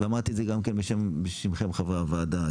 ואמרתי את זה גם בשמכם חברי הוועדה,